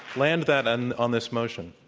land that and on this motion.